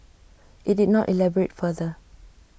IT did not elaborate further